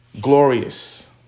glorious